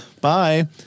Bye